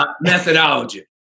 methodology